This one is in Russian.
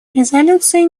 резолюции